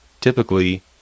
Typically